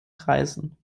kreisen